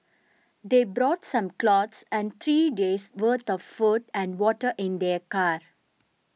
they brought some clothes and three days' worth of food and water in their car